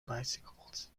bicycles